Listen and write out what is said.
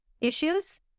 issues